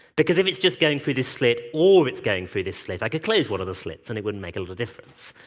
because if it's just going through this slit or it's going through this slit, i can close one of the slits, and it wouldn't make any little difference.